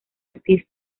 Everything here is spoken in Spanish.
ortiz